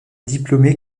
diplômé